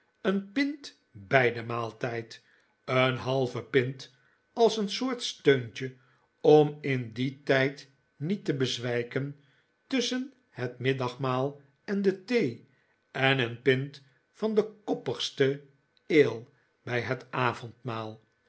een pint bij den maaltijd een halve pint als een soort steuntje om in dien tijd niet te bezwijken tusschen het middagmaal en de thee en een pint van de koppigste ale bij het avondmaal